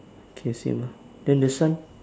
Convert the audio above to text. okay same ah then the sun